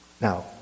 Now